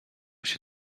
się